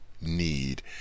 need